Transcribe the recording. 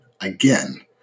again